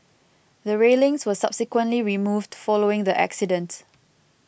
the railings were subsequently removed following the accident